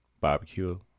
Barbecue